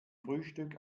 frühstück